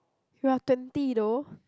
you are twenty though